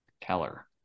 Keller